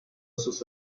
sus